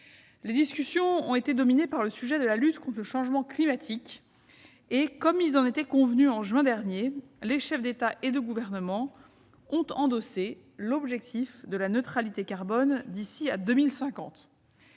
Les discussions ont été dominées par la question de la lutte contre le changement climatique. Comme ils en étaient convenus au mois de juin dernier, les chefs d'État et de gouvernement ont endossé l'objectif de la neutralité carbone d'ici à 2050.